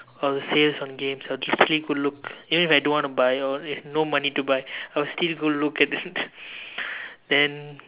or the sales on games typically go look even if I don't want to buy or I no money to buy I will still go look at it then